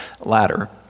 ladder